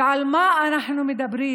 ועל מה אנחנו מדברים?